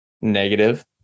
negative